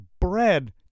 bread